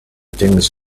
things